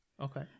okay